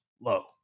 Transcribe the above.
low